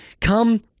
come